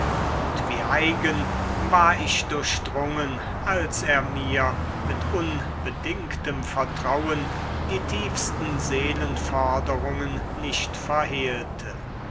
und wie eigen war ich durchdrungen als er mir mit unbedingtem vertrauen die tiefsten seelenforderungen nicht verhehlte